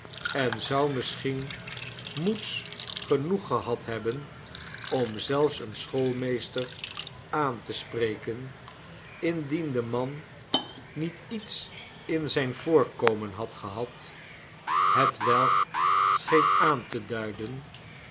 en zou misschien moeds genoeg gehad hebben om zelfs een schoolmeester aan te spreken indien de man niet iets in zijn voorkomen had gehad hetwelk scheen aan te duiden